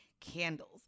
Candles